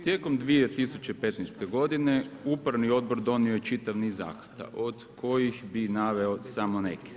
Tijekom 2015. godine Upravni odbor donio je čitav niz akata od kojih bi naveo samo neke.